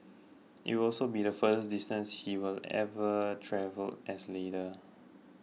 it would also be the furthest distance he will have ever travelled as leader